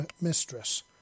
mistress